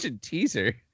teaser